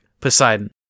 Poseidon